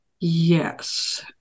Yes